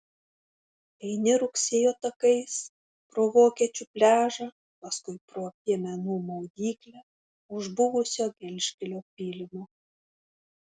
eini rugsėjo takais pro vokiečių pliažą paskui pro piemenų maudyklę už buvusio gelžkelio pylimo